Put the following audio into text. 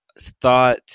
thought